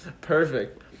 Perfect